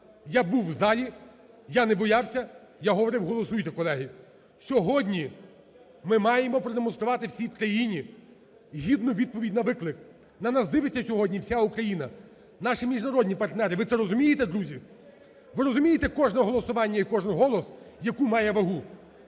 Я був в залі, я не боявся, я говорив: голосуйте, колеги! Сьогодні ми маємо продемонструвати всій країні гідну відповідь на виклик. На нас дивиться сьогодні вся Україна, наші міжнародні партнери. Ви це розумієте, друзі? Ви розумієте, кожне голосування і кожний голос яку має вагу?